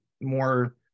more